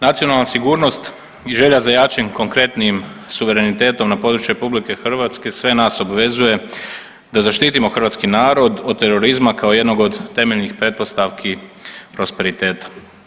Nacionalna sigurnost i želja za jačim konkretnijim suverenitetom na području RH sve nas obvezuje da zaštitimo hrvatski narod od terorizma kao jednog od temeljnih pretpostavki prosperiteta.